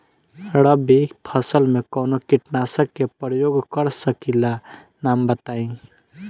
रबी फसल में कवनो कीटनाशक के परयोग कर सकी ला नाम बताईं?